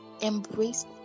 Embrace